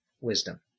wisdom